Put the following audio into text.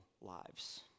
lives